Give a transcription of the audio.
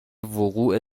وقوع